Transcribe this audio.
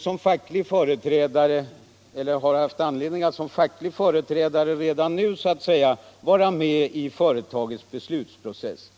som facklig företrädare redan nu så att säga vara med i beslutprocessen inom företaget.